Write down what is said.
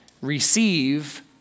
receive